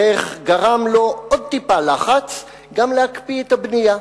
ואיך גרמה לו עוד טיפה לחץ גם להקפיא את הבנייה.